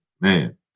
man